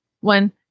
One